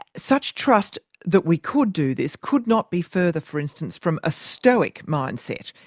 such trust that we could do this, could not be further for instance from a stoic mindset.